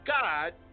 God